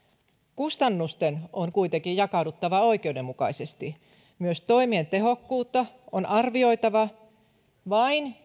kustannusten on kuitenkin jakauduttava oikeudenmukaisesti myös toimien tehokkuutta on arvioitava vain